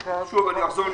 זה קשור למשרד החינוך.